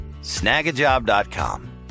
snagajob.com